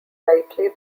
likely